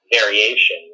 variation